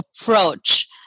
approach